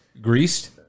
greased